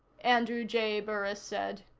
andrew j. burris said.